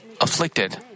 afflicted